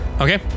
Okay